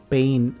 Pain